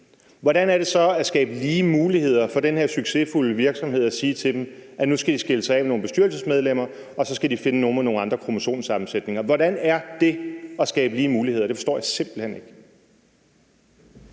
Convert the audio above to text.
hvordan er det så at skabe lige muligheder for den her succesfulde virksomhed at sige til dem, at nu skal de skille sig af med nogle bestyrelsesmedlemmer, og så skal de finde nogle med nogle andre kromosomsammensætninger? Hvordan er det at skabe lige muligheder? Det forstår jeg simpelt hen ikke.